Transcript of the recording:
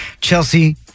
Chelsea